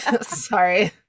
sorry